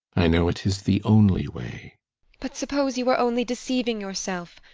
i know it is the only way but suppose you are only deceiving yourself?